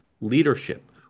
leadership